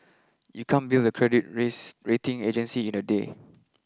you can't build a credit race rating agency in a day